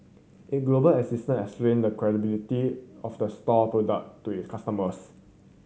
it global existence explain the credibility of the store product to it customers